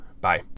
Bye